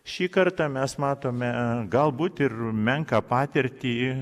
šį kartą mes matome galbūt ir menką patirtį